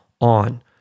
on